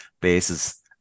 basis